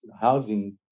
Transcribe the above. housing